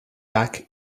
back